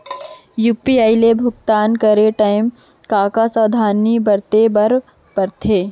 UPI ले भुगतान करे टेम का का सावधानी बरते बर परथे